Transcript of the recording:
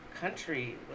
country